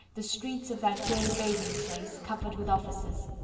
the streets of that gay bathing-place covered with officers.